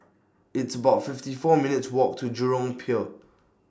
It's about fifty four minutes' Walk to Jurong Pier